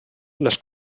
les